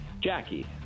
Jackie